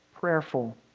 prayerful